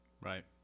right